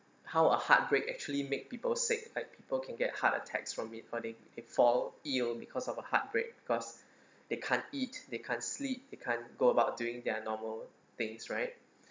how a heartbreak actually make people sick like people can get heart attacks from it for the it fall ill because of a heartbreak cause they can't eat they can't sleep they can't go about doing their normal things right